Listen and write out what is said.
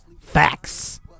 facts